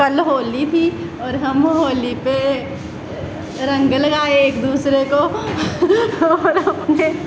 कल होली थी और हम होली पे रंग लगाए एक दूसरे को और हमें